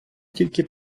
тільки